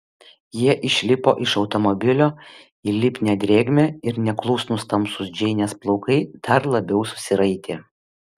jie išlipo iš automobilio į lipnią drėgmę ir neklusnūs tamsūs džeinės plaukai dar labiau susiraitė